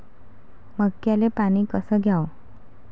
मक्याले पानी कस द्याव?